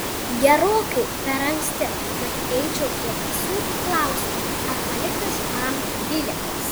gerokai per anksti kad eičiau prie kasų klausti ar paliktas man bilietas